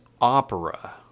opera